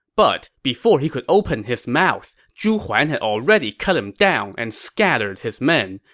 but before he could open his mouth, zhu huan had already cut him down and scattered his men.